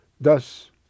Thus